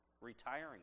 Retiring